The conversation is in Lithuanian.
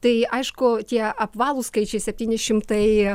tai aišku tie apvalūs skaičiai septyni šimtai